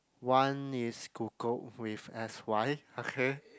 one is Kukup with S_Y okay